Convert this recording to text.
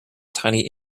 tiny